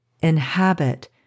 inhabit